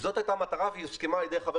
וזו הייתה המטרה והיא הוסכמה על ידי ח"כ